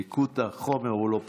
ליקוט החומר הוא לא פשוט.